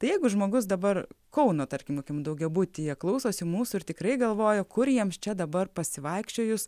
tai jeigu žmogus dabar kauno tarkim kokiam daugiabutyje klausosi mūsų ir tikrai galvoja kur jiems čia dabar pasivaikščiojus